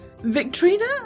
Victrina